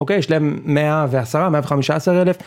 אוקיי, יש להם 110, 115 אלף.